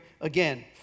again